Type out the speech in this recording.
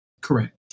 Correct